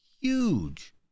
huge